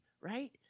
right